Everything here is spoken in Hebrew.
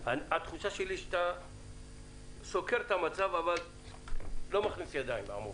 התחושה שלי היא שאתה סוקר את המצב אבל אתה לא מכניס ידיים עד הסוף.